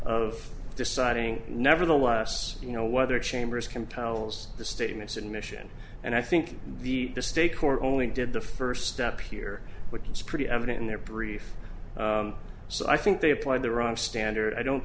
of deciding nevertheless you know whether chambers can towels the statements admission and i think the mistake or only did the first step here which is pretty evident in their brief so i think they applied the wrong standard i don't